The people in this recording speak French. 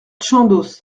chandos